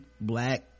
black